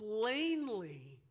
plainly